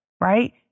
Right